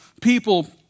people